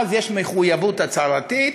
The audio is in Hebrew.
ואז יש מחויבות הצהרתית,